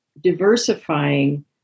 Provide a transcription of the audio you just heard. diversifying